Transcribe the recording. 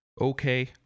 Okay